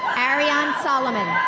ariane solomon.